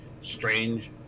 strange